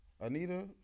Anita